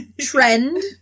trend